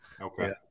Okay